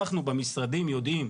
אנחנו במשרדים יודעים,